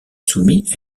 soumis